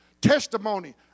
testimony